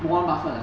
warren buffett ah